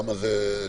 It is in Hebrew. למה זה ככה?